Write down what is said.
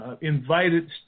invited